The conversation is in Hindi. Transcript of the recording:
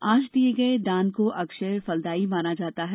आज किये गए दान को अक्षय भलदायी माना जाता है